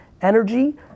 energy